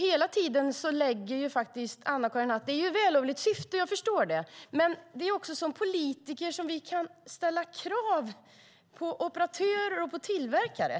Det är ett vällovligt syfte - jag förstår det. Men det är som politiker vi kan ställa krav på operatörer och på tillverkare.